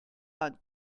and